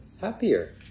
happier